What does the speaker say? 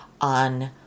on